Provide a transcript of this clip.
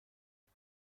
درد